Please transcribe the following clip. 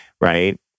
right